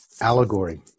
Allegory